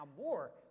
more